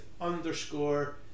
underscore